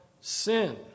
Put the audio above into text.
sin